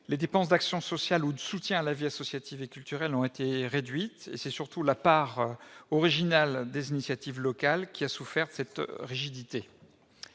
Les dépenses d'action sociale ou de soutien à la vie associative et culturelle ont été réduites, et c'est surtout la part originale des initiatives locales qui a souffert de cette rigidité.